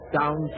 down